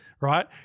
right